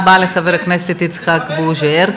חבר הכנסת חזן.